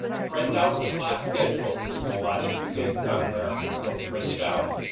print out the class schedule. there's a lot of due dates on there so print it out.